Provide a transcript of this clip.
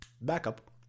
backup